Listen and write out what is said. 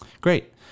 Great